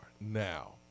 Now